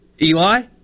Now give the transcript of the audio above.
Eli